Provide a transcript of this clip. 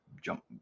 jump